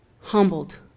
humbled